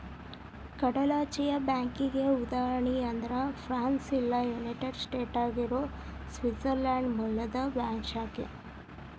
ಕಡಲಾಚೆಯ ಬ್ಯಾಂಕಿಗಿ ಉದಾಹರಣಿ ಅಂದ್ರ ಫ್ರಾನ್ಸ್ ಇಲ್ಲಾ ಯುನೈಟೆಡ್ ಸ್ಟೇಟ್ನ್ಯಾಗ್ ಇರೊ ಸ್ವಿಟ್ಜರ್ಲ್ಯಾಂಡ್ ಮೂಲದ್ ಬ್ಯಾಂಕ್ ಶಾಖೆ